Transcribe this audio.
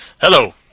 Hello